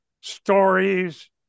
stories